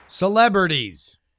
Celebrities